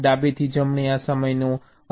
ડાબેથી જમણે આ સમયનો અતિરેક છે